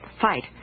fight